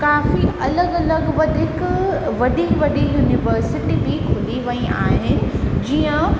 काफ़ी अलॻि अलॻि वधीक वॾी वॾी युनिवर्सिटी बि खुली वई आहे जीअं